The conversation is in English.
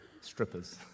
strippers